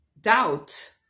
doubt